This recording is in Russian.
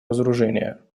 разоружения